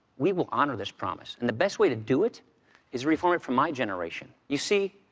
we will honor this promise. and the best way to do it is reform it for my generation. you see,